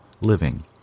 living